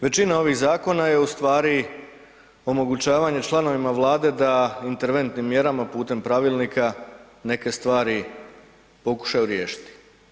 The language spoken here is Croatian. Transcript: Većina ovih zakona je u stvari omogućavanje članovima Vlade da interventnim mjerama putem Pravilnika neke stvari pokušaju riješiti.